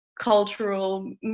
cultural